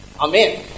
Amen